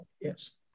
Yes